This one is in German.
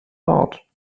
bart